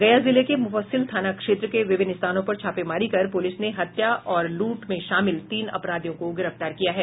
गया जिले के मुफस्सिल थाना क्षेत्र के विभिन्न स्थानों पर छापेमारी कर पुलिस ने हत्या और लूट में शामिल तीन अपराधियों को गिरफ्तार किया है